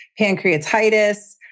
pancreatitis